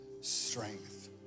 strength